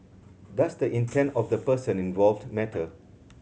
does the intent of the person involved matter